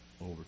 over